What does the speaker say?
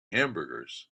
hamburgers